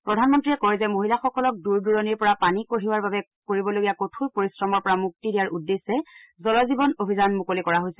প্ৰধানমন্ত্ৰীয়ে কয় যে মহিলাসকলক দূৰ দূৰণিৰ পৰা পানী কঢ়িওৱাৰ বাবে কৰিবলগীয়া কঠোৰ পৰিশ্ৰমৰ পৰা মুক্তি দিয়াৰ উদ্দেশ্যে জল জীৱন অভিযান মুকলি কৰা হৈছে